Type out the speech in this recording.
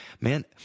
man